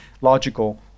logical